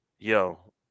Yo